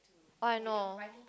I know